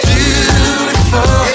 Beautiful